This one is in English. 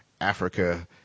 Africa